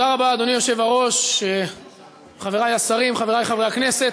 התשע"ה 2015, של חבר הכנסת